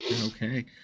Okay